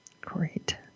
Great